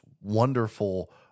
wonderful